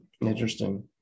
interesting